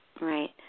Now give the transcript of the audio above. right